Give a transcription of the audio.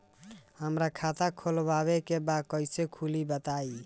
हमरा खाता खोलवावे के बा कइसे खुली बताईं?